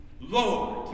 Lord